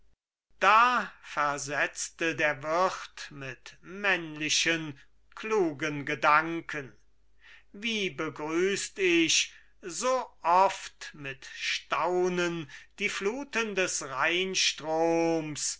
da versetzte der wirt mit männlichen klugen gedanken wie begrüßt ich so oft mit staunen die fluten des rheinstroms